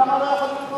למה לא יכולים גרושים?